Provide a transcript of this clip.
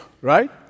right